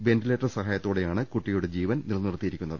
വെന്റിലേ റ്റർ സഹായത്തോടെയാണ് കുട്ടിയുടെ ജീവൻ നിലനിർത്തിയിരിക്കുന്നത്